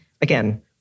Again